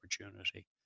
opportunity